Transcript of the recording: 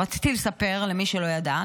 רציתי לספר למי שלא ידע,